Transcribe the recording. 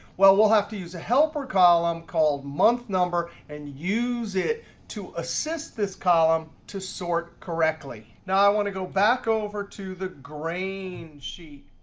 well, we'll have to use a helper column called monthnumber and use it to assist this column to sort correctly. now, i want to go back over to the grain sheet.